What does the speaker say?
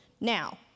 Now